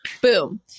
Boom